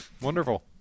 Wonderful